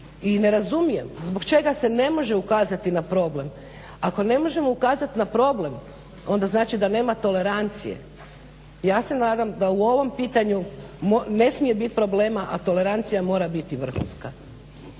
i ne razumijem zbog čega se ne može ukazati na problem. Ako ne možemo ukazati na problem onda znači da nema tolerancije. Ja se nadam da u ovom pitanju ne smije biti problema, a tolerancija mora biti vrhunska.